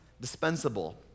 dispensable